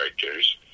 characters